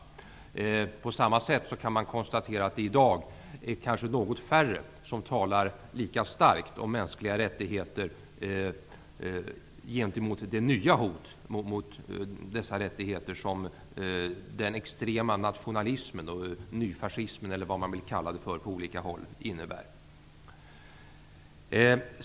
Det gäller även många som aldrig hördes av förut i dessa debatter. På samma sätt kan man konstatera att det i dag är något färre som talar lika starkt om mänskliga rättigheter när det gäller de nya hot mot dessa rättigheter som den extrema nationalismen, nyfascismen eller vad man vill kalla det för, på olika håll innebär.